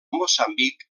moçambic